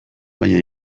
baina